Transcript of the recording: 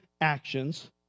actions